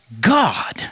God